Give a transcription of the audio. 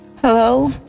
Hello